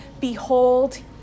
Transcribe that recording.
behold